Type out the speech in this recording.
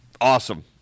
Awesome